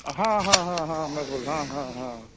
हँ हँ हँ हँ अपनेँ बोल हँ हँ हँ